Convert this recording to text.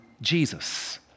Jesus